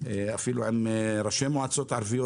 הערבית, אפילו עם ראשי מועצות ערביות.